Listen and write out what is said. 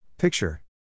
Picture